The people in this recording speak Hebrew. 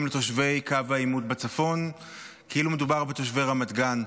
לתושבי קו העימות בצפון כאילו מדובר בתושבי רמת גן,